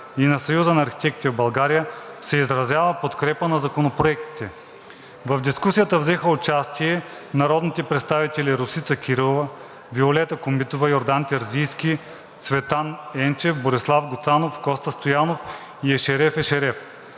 и на Съюза на архитектите в България се изразява подкрепа на законопроектите. В дискусията взеха участие народните представители Росица Кирова, Виолета Комитова, Йордан Терзийски, Цветан Енчев, Борислав Гуцанов, Коста Стоянов и Ешереф Ешереф.